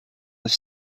have